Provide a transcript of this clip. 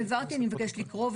העברתי, אני מבקשת לקרוא.